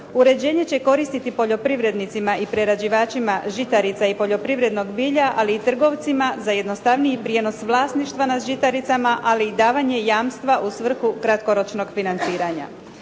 Uređenje će koristiti poljoprivrednicima i prerađivačima žitarica i poljoprivrednog bilja, ali i trgovcima za jednostavniji prijenos vlasništva nad žitaricama, ali i davanje jamstva u svrhu kratkoročnog financiranja.